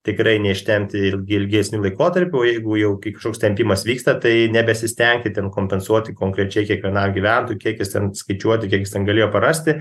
tikrai neištempti il ilgesnį laikotarpį o jeigu jau kišoks tempimas vyksta tai nebesistengti ten kompensuoti konkrečiai kiekvienam gyventojui kiek jis ten skaičiuoti kiek jis ten galėjo parasti